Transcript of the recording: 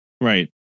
right